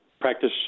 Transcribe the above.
practice